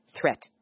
threat